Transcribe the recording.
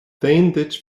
duit